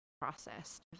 processed